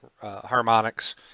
harmonics